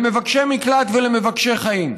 למבקשי מקלט ולמבקשי חיים?